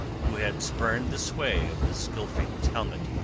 who had spurned the sway of the scylfings'-helmet,